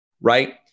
right